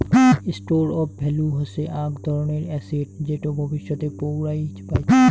store of value হসে আক ধরণের এসেট যেটো ভবিষ্যতে পৌরাই পাইচুঙ